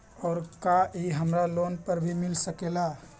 और का इ हमरा लोन पर भी मिल सकेला?